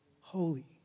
holy